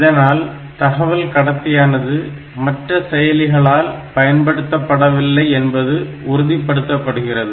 இதனால் தகவல் கடத்தியானது மற்ற செயலிகளால் பயன்படுத்தப்படவில்லை என்பது உறுதிப்படுத்தப்படுகிறது